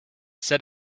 set